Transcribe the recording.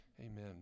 Amen